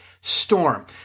storm